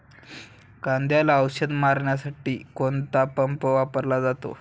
कांद्याला औषध मारण्यासाठी कोणता पंप वापरला जातो?